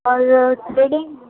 اور تھریڈنگ